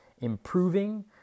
improving